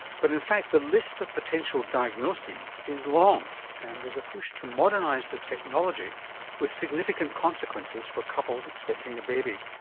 but in fact the list of potential diagnoses is long and there's a push to modernise the technology with significant consequences for couples expecting a baby.